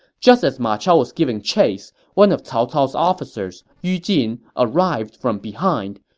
just as ma chao was giving chase, one of cao cao's officers, yu jin, arrived from behind.